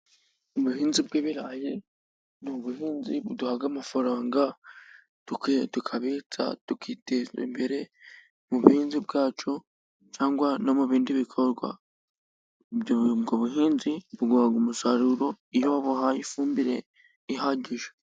Ubuhinzi bw'ibirayi ni buhinzi duhaha amafaranga, tukabitsa, tukiteza imbere. Mu buhinzi bwacu cyangwa no mu bindi bikorwa, ubwo buhinzi buguha umusaruro iyo wabuhaye ifumbire ihagije.